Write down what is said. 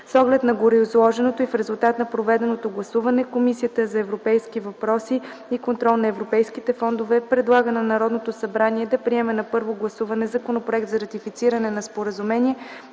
С оглед на гореизложеното и в резултат на проведеното гласуване, Комисията по европейските въпроси и контрол на европейските фондове предлага на Народното събрание да приеме на първо гласуване проект на Закон за ратифициране на Споразумение